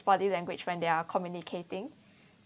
body language when they're communicating